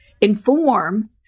inform